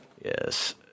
yes